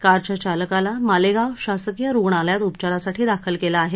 कारच्या चालकाला मालेगाव शासकीय रुग्णालयात उपचारासाठी दाखल केले आहे